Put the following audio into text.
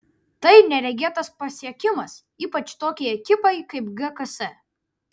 tai neregėtas pasiekimas ypač tokiai ekipai kaip gks